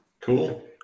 Cool